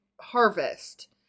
harvest